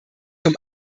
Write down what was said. zum